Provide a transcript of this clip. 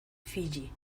fiyi